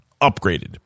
upgraded